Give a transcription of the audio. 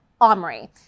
Omri